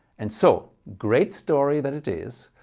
and so great story that it is,